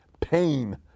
pain